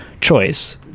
choice